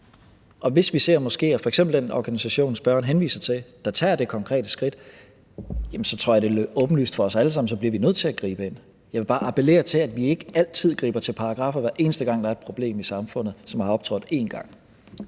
f.eks. for den organisation, som spørgeren henviser til – der tager det konkrete skridt, så tror jeg, det er åbenlyst for os alle sammen, at vi bliver nødt til at gribe ind. Jeg vil bare appellere til, at vi ikke griber til paragraffer, hver eneste gang der er et problem i samfundet, som har optrådt en gang.